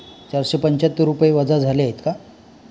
चारशे पंच्याहत्तर रुपये वजा झाले आहेत का